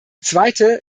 zweite